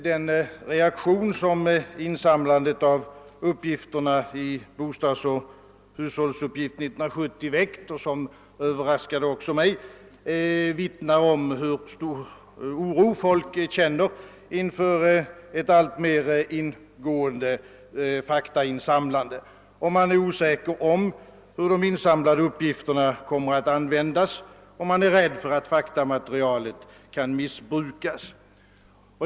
Den reaktion som insamlandet av uppgifterna i Bostadsoch hushållsuppgift 1970 väckt — den överraskade också mig — vittnar om hur stor oro folk känner inför ett alltmer ingående faktainsamlande. Man är osäker om hur de insamlade uppgifterna kommer att användas, och man är rädd för att faktamaterialet kan missbrukas.